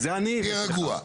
אני רגוע.